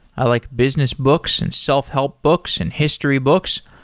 i like business books and self-help books and history books,